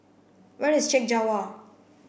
where is Chek Jawa